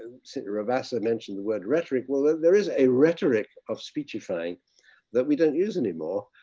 and sort of rabassa mentioned the word rhetoric, well there there is a rhetoric of speechifying that we don't use anymore.